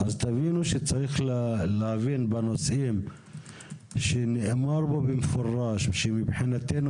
אז תבינו שצריך שבנושאים שנאמר במפורש שמבחינתנו